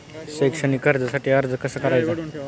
शैक्षणिक कर्जासाठी अर्ज कसा करायचा?